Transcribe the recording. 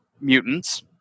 mutants